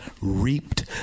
reaped